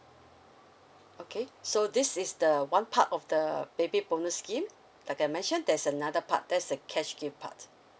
okay so this is the one part of the baby bonus scheme like I mentioned there's another part that's the cash gift part